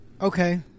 Okay